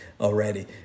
already